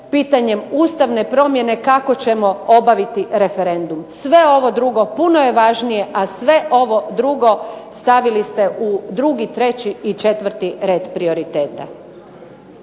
pitanjem ustavne promjene kako ćemo obaviti referendum. Sve ovo drugo puno je važnije, a sve ovo drugo stavili ste u drugi, treći i četvrti red prioriteta.